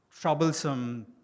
troublesome